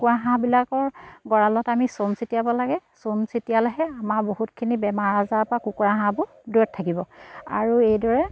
কুকুৰা হাঁহবিলাকৰ গঁৰালত আমি চূণ ছিটিয়াব লাগে চূণ ছিটিয়ালেহে আমাৰ বহুতখিনি বেমাৰ আজাৰৰপৰা কুকুৰা হাঁহবোৰ দূৰত থাকিব আৰু এইদৰে